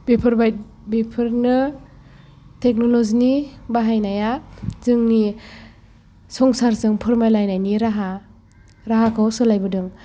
बेफोरबायदिनो टेकन'ल'जि नि बाहायनाया जोंनि संसारजों फोरमायलायनायनि राहाखौ सोलायहोबोदों